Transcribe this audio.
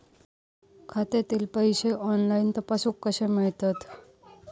खात्यातले पैसे ऑनलाइन तपासुक कशे मेलतत?